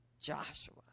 Joshua